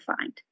find